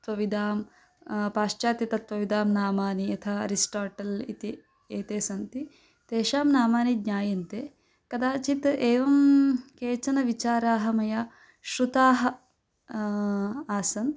तत्त्वविदां पाश्चात्यतत्त्वविदां नामानि यथा अरिस्टाटल् इति एते सन्ति तेषां नामानि ज्ञायन्ते कदाचित् एवं केचन विचाराः मया श्रुताः आसन्